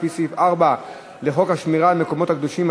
לפי סעיף 4 לחוק השמירה על המקומות הקדושים,